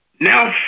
Now